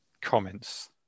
Comments